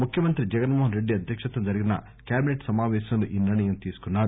ముఖ్యమంత్రి జగన్ మోహన్ రెడ్డి అధ్యక్షతన జరిగిన క్యాబిసెట్ సమాపేశంలో ఈ నిర్ణయం తీసుకున్నారు